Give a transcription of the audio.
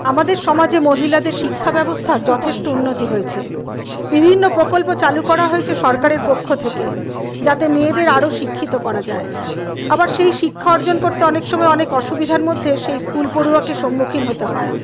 আমাদের সমাজে মহিলাদের শিক্ষা ব্যবস্থার যথেষ্ট উন্নতি হয়েছে বিভিন্ন প্রকল্প চালু করা হয়েছে সরকারের পক্ষ থেকে যাতে মেয়েদের আরও শিক্ষিত করা যায় আবার সেই শিক্ষা অর্জন করতে অনেক সময় অনেক অসুবিধার মধ্যে সেই স্কুল পড়ুয়াকে সম্মুখীন হতে হয়